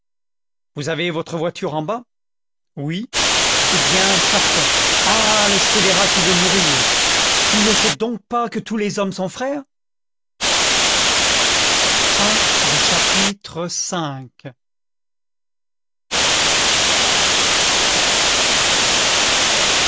vous avez votre voiture en bas oui eh bien partons ah le scélérat qui veut mourir il ne sait donc pas que tous les hommes sont frères